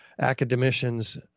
Academicians